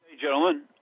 gentlemen